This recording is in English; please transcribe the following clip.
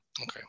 okay